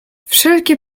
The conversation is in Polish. wszelkie